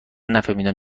نفهمیدیم